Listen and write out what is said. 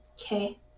Okay